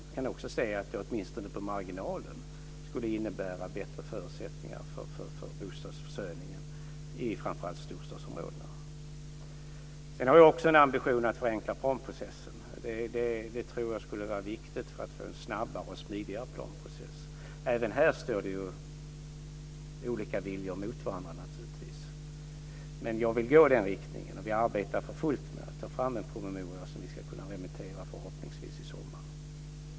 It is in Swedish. Jag kan också se att det åtminstone på marginalen skulle innebära bättre förutsättningar för bostadsförsörjningen i framför allt storstadsområdena. Sedan har jag också en ambition att förenkla planprocessen. Det tror jag skulle vara viktigt för att få en snabbare och smidigare planprocess. Även här står naturligtvis olika viljor mot varandra, men jag vill gå i den riktningen, och vi arbetar för fullt med att ta fram en promemoria som vi förhoppningsvis ska kunna remittera i sommar.